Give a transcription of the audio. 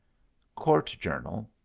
court journal,